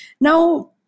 Now